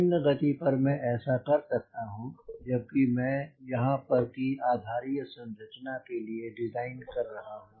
निम्न गति पर मैं ऐसा कर सकता हूं जबकि मैं यहां पर की आधारीय संरचना के लिए डिज़ाइन कर रहा हूं